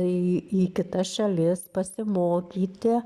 į į kitas šalis pasimokyti